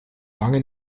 lange